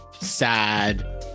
sad